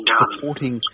supporting